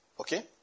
okay